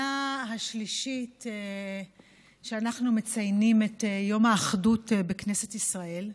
זו השנה השלישית שאנחנו מציינים את יום האחדות בכנסת ישראל,